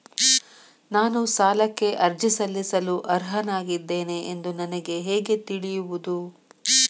ನಾನು ಸಾಲಕ್ಕೆ ಅರ್ಜಿ ಸಲ್ಲಿಸಲು ಅರ್ಹನಾಗಿದ್ದೇನೆ ಎಂದು ನನಗೆ ಹೇಗೆ ತಿಳಿಯುವುದು?